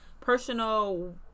Personal